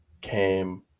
came